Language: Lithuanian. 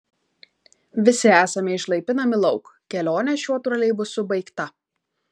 visi esame išlaipinami lauk kelionė šiuo troleibusu baigta